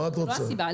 זו לא הסיבה.